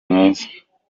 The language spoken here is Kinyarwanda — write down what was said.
mwiza